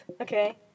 okay